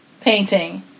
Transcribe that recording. painting